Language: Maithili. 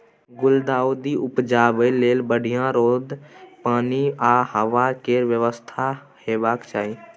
गुलदाउदी उपजाबै लेल बढ़ियाँ रौद, पानि आ हबा केर बेबस्था हेबाक चाही